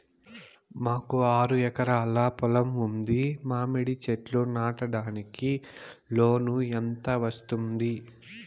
మాకు ఆరు ఎకరాలు పొలం ఉంది, మామిడి చెట్లు నాటడానికి లోను ఎంత వస్తుంది?